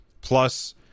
plus